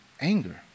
anger